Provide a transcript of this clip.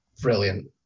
brilliant